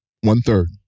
One-third